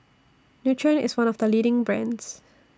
Nutren IS one of The leading brands